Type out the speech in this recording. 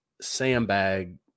sandbag